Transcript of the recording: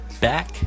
back